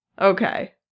okay